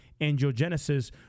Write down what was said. angiogenesis